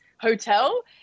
hotel